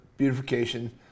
beautification